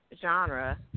genre